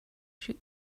shoot